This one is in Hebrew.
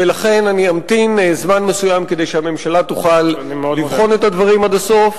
ולכן אני אמתין זמן מסוים כדי שהממשלה תוכל לבחון את הדברים עד הסוף,